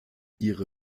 ihre